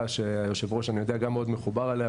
שאני יודע שיושב הראש גם מאוד מחובר אליה,